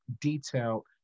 detailed